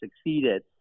succeeded